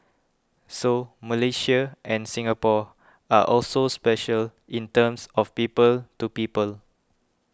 so Malaysia and Singapore are also special in terms of people to people